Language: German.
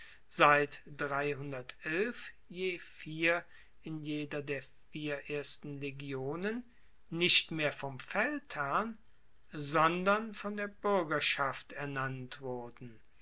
seit je vier in jeder der vier ersten legionen nicht mehr vom feldherrn sondern von der buergerschaft ernannt wurden